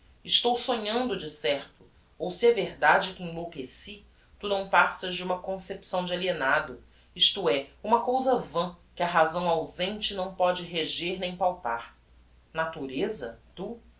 estou sonhando de certo ou se é verdade que enlouqueci tu não passas de uma concepção de alienado isto é uma cousa vã que a razão ausente não póde reger nem palpar natureza tu